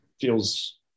feels